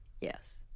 Yes